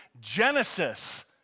genesis